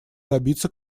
добиться